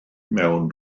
mewn